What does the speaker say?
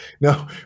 no